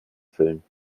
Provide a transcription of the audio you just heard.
erfüllen